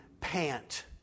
pant